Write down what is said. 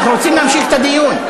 אנחנו רוצים להמשיך את הדיון.